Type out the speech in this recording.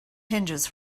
hinges